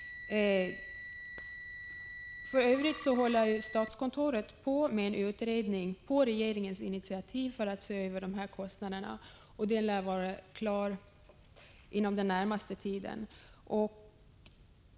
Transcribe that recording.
För övrigt håller statskontoret på med en utredning för att se över kostnaderna, på regeringens initiativ. Den lär vara klar inom den närmaste tiden.